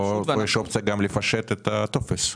יש אופציה לפשט את הטופס.